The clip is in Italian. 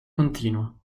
continua